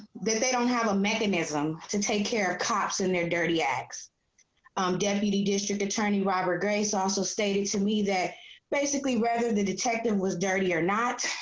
that they don't have a mechanism to take care of cops and their dirty x deputy district attorney robert grace also stated to me that basically rather the detective was dirty or not.